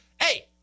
Hey